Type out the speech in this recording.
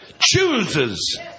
chooses